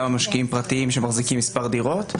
על משקיעים פרטיים שמחזיקים כמה דירות.